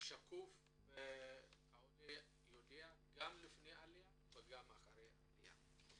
זה שהאינפורמציה שקופה והעולה יודע גם לפני עליה וגם לאחריה.